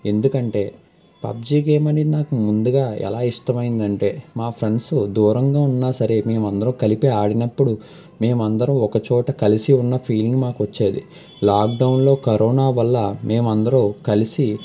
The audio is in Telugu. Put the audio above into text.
ఎందుకంటే పబ్జీ గేమ్ అనేది ముందుగా నాకు ఎలా ఇష్టమైనది అంటే మా ఫ్రెండ్స్ దూరంగా ఉన్నా సరే మేము అందరం కలిపి ఆడినప్పుడు మేమందరం ఒకచోట కలిసే ఉన్నాం అనే ఫీలింగ్ మాకు వచ్చేది లాక్డౌన్లో కరోనా వల్ల మేమందరం కలిసి